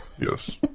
Yes